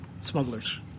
smugglers